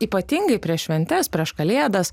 ypatingai prieš šventes prieš kalėdas